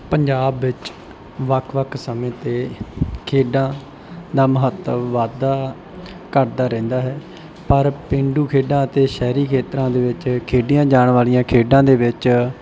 ਪੰਜਾਬ ਵਿੱਚ ਵੱਖ ਵੱਖ ਸਮੇਂ 'ਤੇ ਖੇਡਾਂ ਦਾ ਮਹੱਤਵ ਵੱਧਦਾ ਘੱਟਦਾ ਰਹਿੰਦਾ ਹੈ ਪਰ ਪੇਂਡੂ ਖੇਡਾਂ ਅਤੇ ਸ਼ਹਿਰੀ ਖੇਤਰਾਂ ਦੇ ਵਿੱਚ ਖੇਡੀਆਂ ਜਾਣ ਵਾਲੀਆਂ ਖੇਡਾਂ ਦੇ ਵਿੱਚ